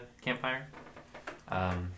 campfire